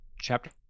Chapter